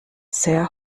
sehr